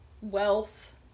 wealth